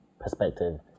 perspective